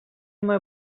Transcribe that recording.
мое